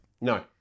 No